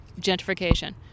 gentrification